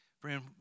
Friend